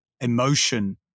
emotion